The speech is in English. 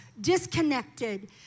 disconnected